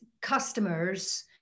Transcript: customers